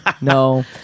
no